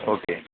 okay